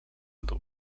dół